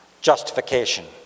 justification